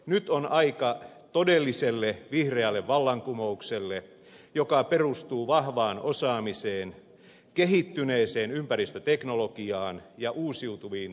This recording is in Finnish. nyt on aika todelliselle vihreälle vallankumoukselle joka perustuu vahvaan osaamiseen kehittyneeseen ympäristöteknologiaan ja uusiutuviin luonnonvaroi hin